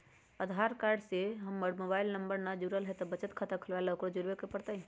आधार card से हमर mobile number न जुरल है त बचत खाता खुलवा ला उकरो जुड़बे के पड़तई?